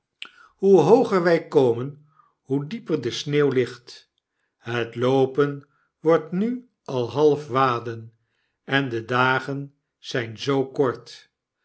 hoe hooger wy komen hoe dieper de sneeuw ligt hef loopen wordt nu al half waden eu de dagen zyn zoo kort